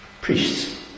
priests